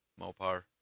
Mopar